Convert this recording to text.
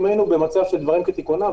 אם היינו במצב של דברים כתיקונם,